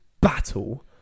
battle